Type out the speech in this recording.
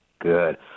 Good